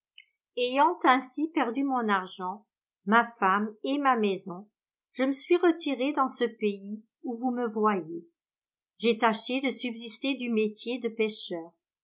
ayant ainsi perdu mon argent ma femme et ma maison je me suis retiré dans ce pays où vous me voyez j'ai tâché de subsister du métier de pêcheur